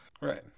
Right